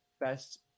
best